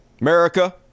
America